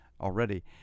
already